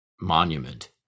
monument